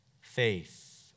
faith